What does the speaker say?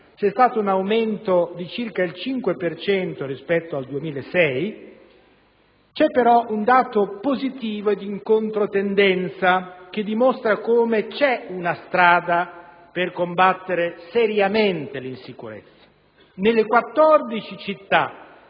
con un aumento di circa il 5 per cento rispetto al 2006 ma con un dato positivo ed in controtendenza, che dimostra come esista una strada per combattere seriamente l'insicurezza. Nelle 14 città